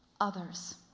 others